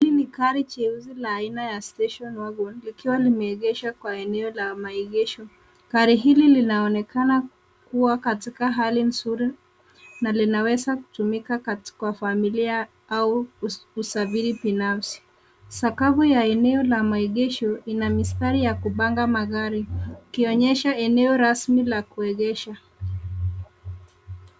Hii ni gari jeusi la aina ya station wagon likiwa limeegeshwa kwa maeneo ya maegesho. Gari hili linaonekana kuwa katika hali nzuri na linaweza kutumika kwa familia au usafiri binafsi. Sakafu ya eneo la maegesho lina mistari ya kupanga magari ikionyesha eneo rasmi la kuegesha.